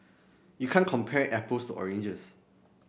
you can't compare apples to oranges